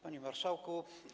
Panie Marszałku!